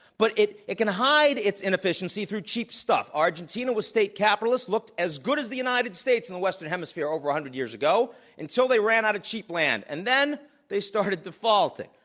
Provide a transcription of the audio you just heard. but it it can hide its inefficiency through cheap stuff. argentina was state capitalist, looked as good as the united states in the western hemisphere over one hundred years ago until they ran out of cheap land. and then they started defaulting.